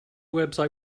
website